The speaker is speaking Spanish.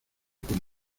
con